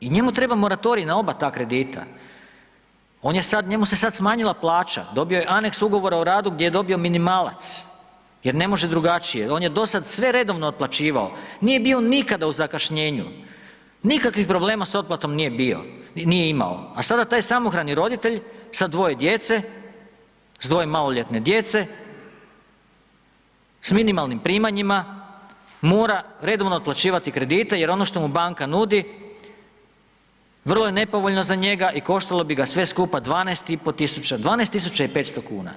I njemu treba moratorij na oba ta kredita, on je sad, njemu se sad smanjila plaća, dobio je aneks ugovora o radu gdje je dobio minimalac jer ne može drugačije, on je dosada sve redovno otplaćivao, nije bio nikada u zakašnjenju, nikakvih problema s otplatom nije imao, a sada taj samohrani roditelj, sa dvoje djece, s dvoje maloljetne djece, s minimalnim primanjima mora redovno otplaćivati kredite jer ono što mu banka nudi vrlo je nepovoljno za njega i koštalo bi ga sve skupa 12.500 kuna.